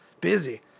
busy